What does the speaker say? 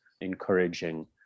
encouraging